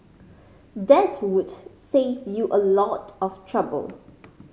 that would save you a lot of trouble